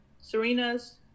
Serena's